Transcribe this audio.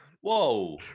whoa